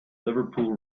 liverpool